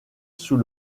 sous